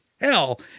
hell